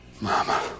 Mama